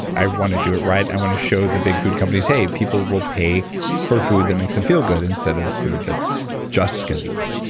i want to do it right. i want to show the big food companies, hey, people will pay for food that makes them feel good instead of food that's just convenient.